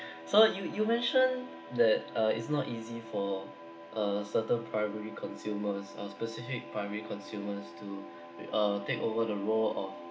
so you you mention that uh it's not easy for a certain primary consumers a specific primary consumer to uh take over the role of